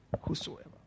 Whosoever